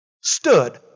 stood